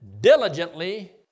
diligently